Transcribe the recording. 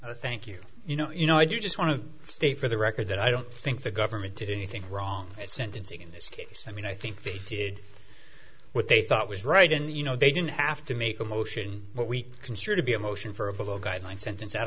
i thank you you know you know i just want to state for the record that i don't think the government did anything wrong at sentencing in this case i mean i think they did what they thought was right and you know they didn't have to make a motion what we consider to be a motion for a below guideline sentence at